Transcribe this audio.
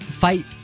fight